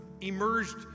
emerged